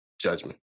judgment